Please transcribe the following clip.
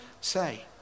say